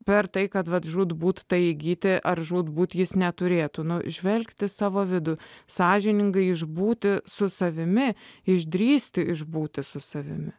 per tai kad žūtbūt tai įgyti ar žūtbūt jis neturėtų nužvelgti savo vidų sąžiningai išbūti su savimi išdrįsti išbūti su savimi